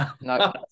no